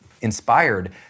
inspired